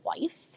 wife